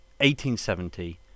1870